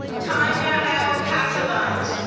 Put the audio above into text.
tanya l. casavante,